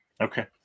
Okay